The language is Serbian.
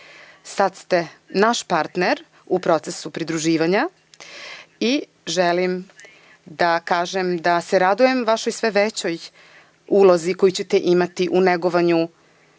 Sada ste naš partner u procesu pridruživanja. Želim da kažem da se radujem vašoj sve većoj ulozi koju ćete imati u negovanju